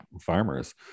farmers